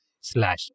slash